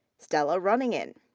stella runningen.